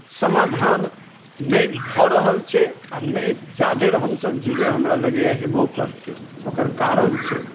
समाधान नहि भऽ रहल छै आ नहि जा धैर हमसब जीबै हमरा लगैया हेबो करते ओकर कारण छै